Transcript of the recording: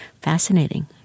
fascinating